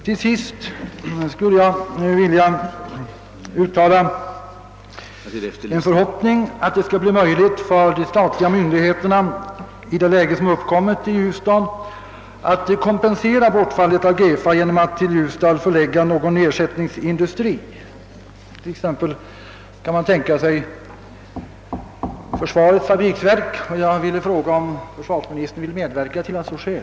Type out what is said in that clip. Till sist vill jag framföra en förhoppning att det skall bli möjligt för de statliga myndigheterna att, i det läge som uppkommit i Ljusdal, kompensera bortfallet av GEFA genom att till Ljusdal förlägga någon ersättningsindustri. I detta sammanhang kunde t.ex. försvarets fabriksverk vara aktuellt. Jag vill fråga om försvarsministern vill medverka till att så sker.